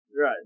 Right